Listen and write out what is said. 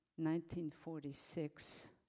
1946